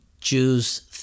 Jews